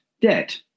debt